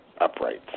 uprights